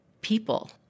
people